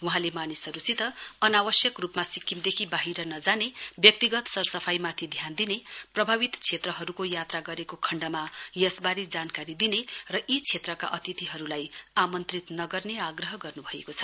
वहाँले मानिसहरूसित अनावश्यक रूपमा सिक्किमदेखि बाहिर नजाने व्यक्तिगत सरसफाईमाथि ध्यान दिने अनि प्रभावित क्षेत्रहरूको यात्रा गरेको खण्डमा यसबारे जानकारी दिने र यी क्षेत्रका अतिथिहरूलाई आमन्त्रित नगर्ने आग्रह गर्नु भएको छ